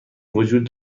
وجود